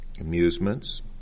amusements